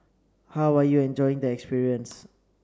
how are you enjoying the experience